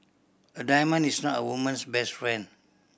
a diamond is not a woman's best friend